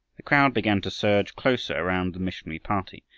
the crowd began to surge closer around the missionary party,